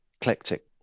eclectic